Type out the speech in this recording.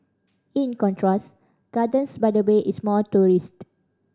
in contrast Gardens by the Bay is more tourist